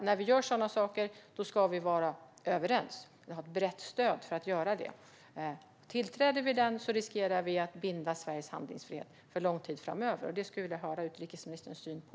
När vi gör sådana här saker ska vi vara överens och ha brett stöd för att göra dem. Tillträder vi konventionen riskerar vi att binda Sveriges handlingsfrihet för lång tid framöver. Det skulle jag vilja höra om utrikesministerns syn på.